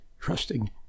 trusting